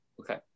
Okay